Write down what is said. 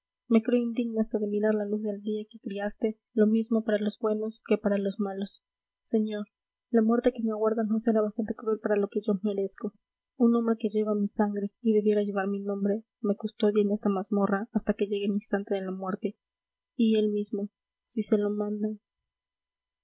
me creo indigno hasta de mirar la luz del día que criaste lo mismo para los buenos que para los malos señor la muerte que me aguarda no será bastante cruel para lo que yo merezco un hombre que lleva mi sangre y debiera llevar mi nombre me custodia en esta mazmorra hasta que llegue el instante de la muerte y él mismo si se lo mandan